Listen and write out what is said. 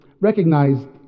recognized